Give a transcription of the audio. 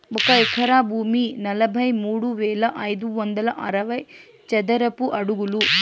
ఒక ఎకరా భూమి నలభై మూడు వేల ఐదు వందల అరవై చదరపు అడుగులు